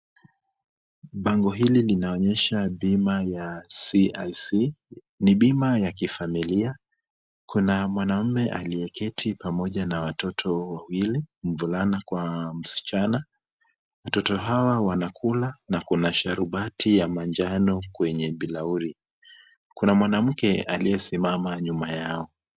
Bango hili linaonyesha bima ya CIC. Ni bima ya kifamilia. Kuna mwanaume aliyeketi pamoja na watoto wawili, mvulana kwa msichana. Watoto hawa wanakula na kuna sharubati ya manjano kwenye bilauri. Kuna mwanamke aliyesimama nyuma yao.